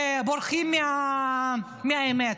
ובורחים מהאמת.